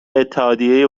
اتحادیه